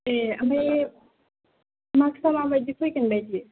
ए ओमफ्राय मार्क्सआ माबायदि फैगोन बायदि